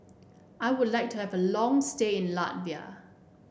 I would like to have a long stay in Latvia